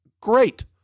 great